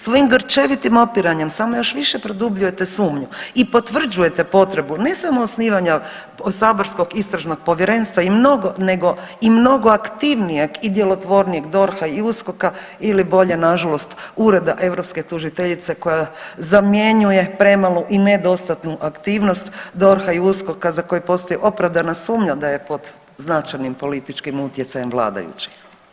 Svojim grčevitim opiranjem samo još više produbljujete sumnju i potvrđujete potrebu ne samo osnivanja saborskog istražnog povjerenstva i mnoge nego i mnogo aktivnijeg i djelotvornijeg DORH-a i USKOK-a ili bolje nažalost Ureda europske tužiteljice koja zamjenjuje premalu i nedostatnu aktivnost DORH-a i USKOK-a za koji postoji opravdana sumnja da je pod značajnim političkim utjecajem vladajućih.